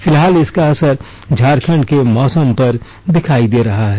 फिलहाल इसका असर झारखंड के मौसम पर दिखाई दे रहा है